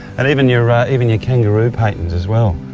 and even your even your kangaroo patents as well.